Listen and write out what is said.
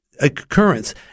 occurrence